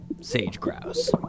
sage-grouse